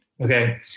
Okay